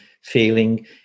feeling